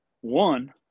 one